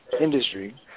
industry